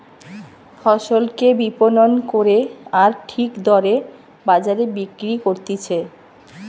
ফসলকে বিপণন করে আর ঠিক দরে বাজারে বিক্রি করতিছে